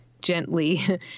gently